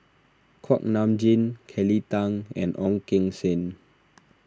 Kuak Nam Jin Kelly Tang and Ong Keng Sen